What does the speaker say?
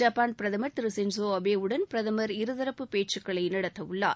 Japan பிரதமர் திரு Shinzo Abe உடன் பிரதமர் இருதரப்பு பேச்சுக்களை நடத்தவுள்ளார்